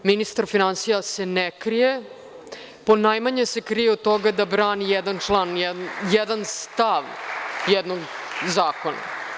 Ministar finansija se ne krije, ponajmanje se krije od toga da brani jedan član, jedan stav jednog zakona.